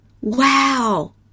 Wow